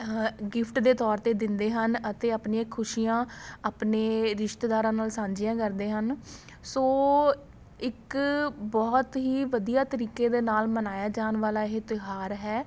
gift ਦੇ ਤੌਰ 'ਤੇ ਦਿੰਦੇ ਹਨ ਅਤੇ ਆਪਣੀਆਂ ਖੁਸ਼ੀਆਂ ਆਪਣੇ ਰਿਸ਼ਤੇਦਾਰਾਂ ਨਾਲ ਸਾਂਝੀਆਂ ਕਰਦੇ ਹਨ ਸੋ ਇੱਕ ਬਹੁਤ ਹੀ ਵਧੀਆ ਤਰੀਕੇ ਦੇ ਨਾਲ ਮਨਾਇਆ ਜਾਣ ਵਾਲਾ ਇਹ ਤਿਉਹਾਰ ਹੈ